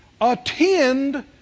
attend